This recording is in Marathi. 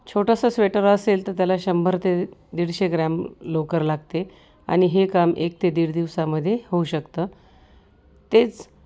छोटंसं स्वेटर असेल तर त्याला शंभर ते दीडशे ग्रॅम लोकर लागते आणि हे काम एक ते दीड दिवसामध्ये होऊ शकतं तेच